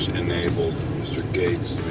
enabled mr. gates